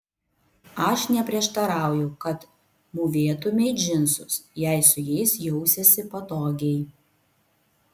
aš neprieštarauju kad mūvėtumei džinsus jei su jais jausiesi patogiai